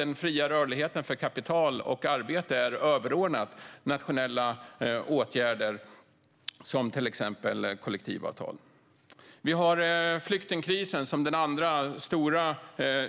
Den fria rörligheten för kapital och arbete är nämligen överordnad nationella åtgärder, som till exempel kollektivavtal. Flyktingkrisen är den andra stora